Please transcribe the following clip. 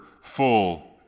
full